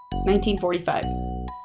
1945